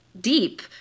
deep